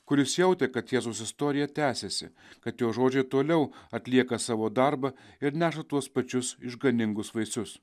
kuris jautė kad jėzaus istorija tęsiasi kad jo žodžiai toliau atlieka savo darbą ir neša tuos pačius išganingus vaisius